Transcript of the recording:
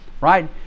right